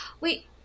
wait